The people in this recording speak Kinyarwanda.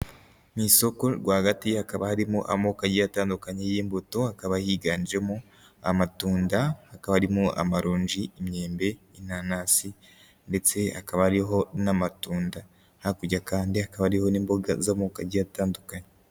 Mu isoko rwagati hakaba harimo amoko agiye atandukanye y'imbuto, hakaba higanjemo amatunda, hakaba harimo amaroji, imyembe, inanasi ndetse akaba hariho n'amatunda, hakurya kandi hakaba hariho n'imboga z'amoko agiye atandukanye.